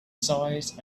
size